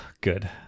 good